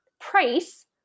price